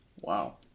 Wow